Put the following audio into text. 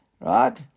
Right